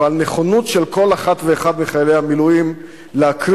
ועל נכונות של כל אחת ואחד מחיילי המילואים להקריב